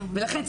ולכן,